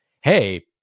hey